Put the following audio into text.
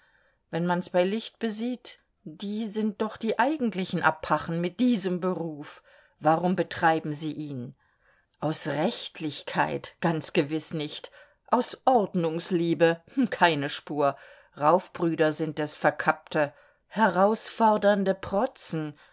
wenn man's bei licht besieht die sind doch die eigentlichen apachen mit diesem beruf warum betreiben sie ihn aus rechtlichkeit ganz gewiß nicht aus ordnungsliebe keine spur raufbrüder sind es verkappte herausfordernde protzen